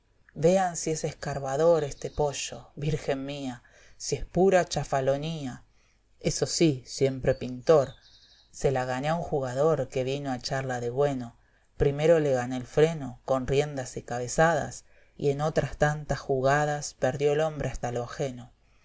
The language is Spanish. vean si es escarbador este pollo virgen mía si es pura chafalonía eso sí siempre p'ntor se la gané a un lugador que vino a echarla de güeno primero le gané el freno con riendas y cabezadas y en otras tantas jiígadas perdió el hombre hasta lo ajeno